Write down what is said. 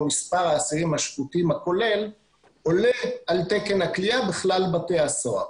מספר האסירים השפוטים הכולל עולה על תקן הכליאה בכלל בתי הסוהר.